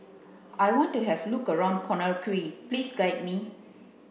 I want to have a look around Conakry please guide me